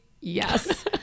yes